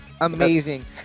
Amazing